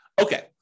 Okay